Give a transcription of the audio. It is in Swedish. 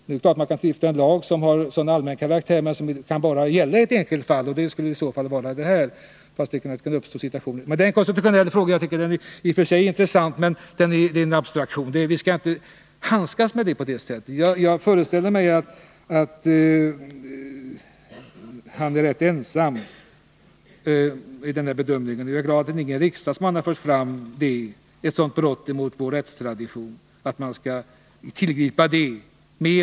Det är klart att man kan stifta en lag med allmän karaktär, 19 november 1980 som sedan kan gälla i ett enskilt fall, och det skulle i så fall kunna tillämpas här. Detta är emellertid en konstitutionell fråga. Jag tycker i och för sig att den är intressant, men den är ändå en abstraktion. Vi skall i vilket fall inte handskas med frågorna på det här sättet. Jag föreställer mig att personen i fråga är rätt ensam om den här bedömningen, och jag är glad att ingen riksdagsman har fört fram att man skall tillgripa det här medlet, som ju innebär ett brott mot vår rättstradition.